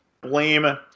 blame